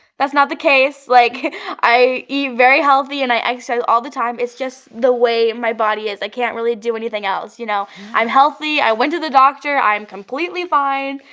that's not the case. like i eat very healthy and i exercise so all the time. it's just the way my body is. i can't really do anything else. you know i'm healthy. i went to the doctor. i'm completely fine.